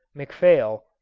mcphail,